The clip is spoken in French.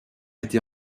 été